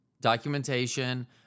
documentation